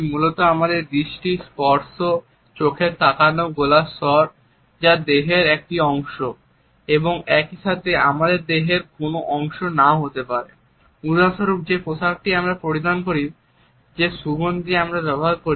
উদাহরণস্বরূপ যেসব জিনিসগুলি আমরা আমাদের সাথে বহন করি সেই পোশাকটিই আমরা পরিধান করি সেই সুগন্ধিটিই আমরা ব্যবহার করি